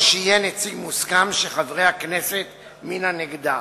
או שיהיה נציג מוסכם של חברי הכנסת מן הנגדה.